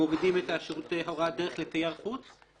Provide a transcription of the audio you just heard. מורידים את שירותי הוראת דרך לתייר חוץ?